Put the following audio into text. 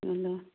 hello